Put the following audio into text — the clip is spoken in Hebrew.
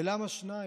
ולמה שניים?